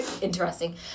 Interesting